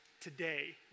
today